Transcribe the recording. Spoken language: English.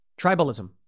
tribalism